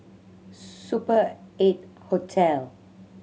Super Eight Hotel